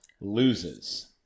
loses